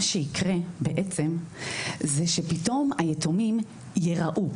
מה שיקרה בעצם זה שפתאום היתומים יראו.